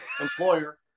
employer